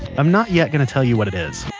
i'm not yeah going to tell you what it is